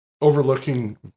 overlooking